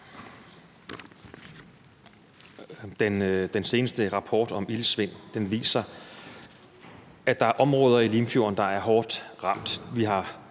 Den seneste rapport om iltsvind viser, at der er områder i Limfjorden, der er hårdt ramt.